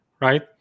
right